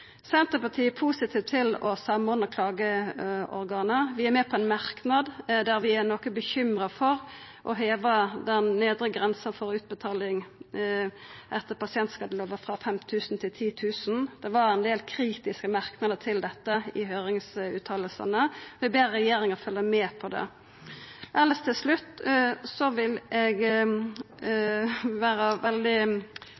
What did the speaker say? Senterpartiet er positive til å samordna klageorgana. Vi er med på ein merknad der vi er noko bekymra for å heva den nedre grensa for utbetaling etter pasientskadelova frå 5 000 kr til 10 000 kr. Det var ein del kritiske merknader til dette i høyringsutsegnene. Vi ber regjeringa følgja med på det. Til slutt vil eg